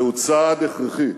זהו צעד הכרחי